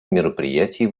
мероприятий